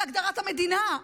על הגדרת המדינה.